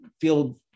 feel